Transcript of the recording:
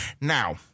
Now